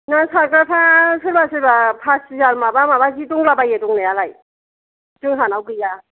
ना सारग्राफ्रा सोरबा सोरबा फासि जाल माबा माबा जे दंलाबायो दंनायालाय जोंहानाव गैया